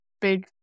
big